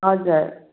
हजुर